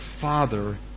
Father